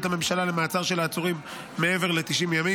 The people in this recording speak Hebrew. לממשלה למעצר של העצורים מעבר ל-90 ימים,